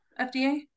FDA